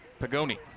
Pagoni